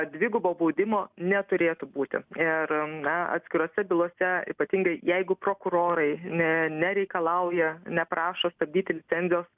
dvigubo baudimo neturėtų būti ir na atskirose bylose ypatingai jeigu prokurorai ne nereikalauja neprašo stabdyti licencijos